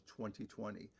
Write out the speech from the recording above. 2020